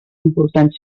important